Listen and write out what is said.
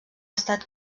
estat